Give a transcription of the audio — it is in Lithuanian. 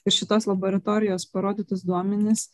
ir šitos laboratorijos parodytus duomenis